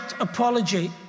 apology